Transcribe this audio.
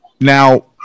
Now